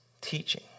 teaching